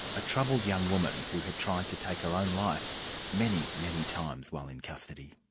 a troubled young woman who had tried to take her own life many, many times while in custody.